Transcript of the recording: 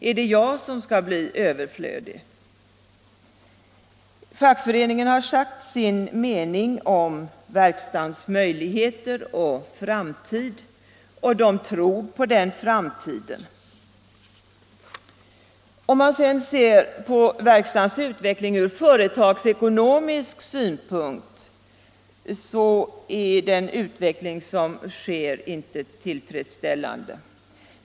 Är det jag som skall bli överflödig?” Fackföreningen har sagt sin mening om verkstadens möjligheter och framtid, och den tror på framtiden. Från företagsekonomisk synpunkt är den utveckling som sker inte tillfredsställande.